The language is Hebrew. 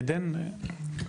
עדן, בבקשה.